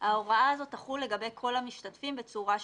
ההוראה הזאת תחול לגבי כל המשתתפים בצורה שוויונית.